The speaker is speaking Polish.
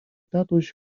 tatuś